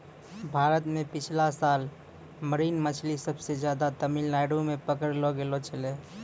भारत मॅ पिछला साल मरीन मछली सबसे ज्यादे तमिलनाडू मॅ पकड़लो गेलो छेलै